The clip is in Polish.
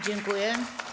Dziękuję.